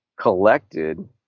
collected